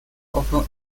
often